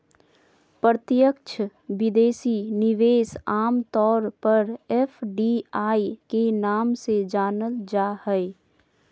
प्रत्यक्ष विदेशी निवेश आम तौर पर एफ.डी.आई के नाम से जानल जा हय